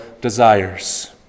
desires